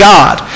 God